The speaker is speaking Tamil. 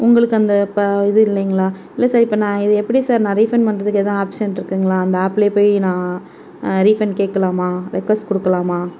உங்களுக்கு அந்த இப்போ இது இல்லைங்களா இல்லை சார் இப்போ நான் எப்படி சார் நான் ரீஃபைண்ட் பண்ணுறத்துக்கு எதுவும் ஆப்ஷன் இருக்குதுங்களா அந்த ஆப்பிலே போய் நான் ரீஃபைண்ட் கேட்கலாமா ரிக்வஸ்ட் கொடுக்கலாமா